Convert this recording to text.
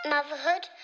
Motherhood